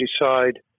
decide